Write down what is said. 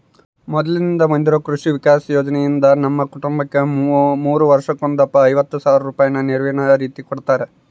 ಮೊದ್ಲಿಂದ ಬಂದಿರೊ ಕೃಷಿ ವಿಕಾಸ ಯೋಜನೆಯಿಂದ ನಮ್ಮ ಕುಟುಂಬಕ್ಕ ಮೂರು ವರ್ಷಕ್ಕೊಂದಪ್ಪ ಐವತ್ ಸಾವ್ರ ರೂಪಾಯಿನ ನೆರವಿನ ರೀತಿಕೊಡುತ್ತಾರ